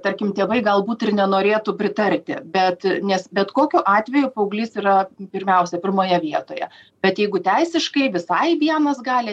tarkim tėvai galbūt ir nenorėtų pritarti bet nes bet kokiu atveju paauglys yra pirmiausia pirmoje vietoje bet jeigu teisiškai visai vienas gali